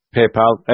PayPal